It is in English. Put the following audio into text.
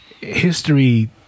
History